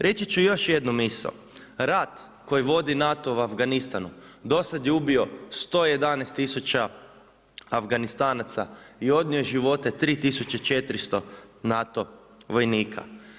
Reći ću i još jednu misao, rat koji vodi NATO u Afganistanu do sada je ubio 111 tisuća Afganistanaca i odnio živote 3400 NATO vojnika.